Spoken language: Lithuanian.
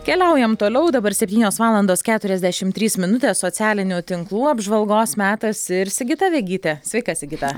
keliaujam toliau dabar septynios valandos keturiasdešimt trys minutės socialinių tinklų apžvalgos metas ir sigita vegytė sveika sigita